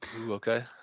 okay